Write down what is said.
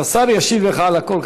שהשר ישיב לך על הכול,